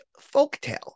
folktale